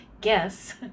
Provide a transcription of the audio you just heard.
guess